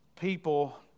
people